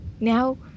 Now